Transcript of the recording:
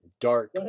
dark